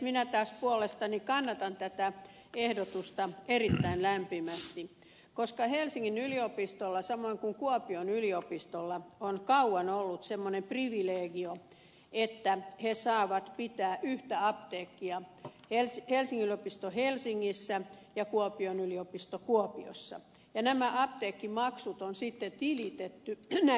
minä taas puolestani kannatan tätä ehdotusta erittäin lämpimästi koska helsingin yliopistolla samoin kuin kuopion yliopistolla on kauan ollut semmoinen privilegio että ne saavat pitää yhtä apteekkia helsingin yliopisto helsingissä ja kuopion yliopisto kuopiossa ja nämä apteekkimaksut on sitten tilitetty näille yliopistoille